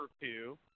two